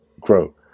Grow